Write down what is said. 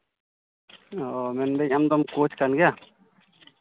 ᱢᱮᱱᱫᱟᱹᱧ ᱟᱢᱫᱚᱢ ᱠᱳᱪ ᱠᱟᱱ ᱜᱮᱭᱟ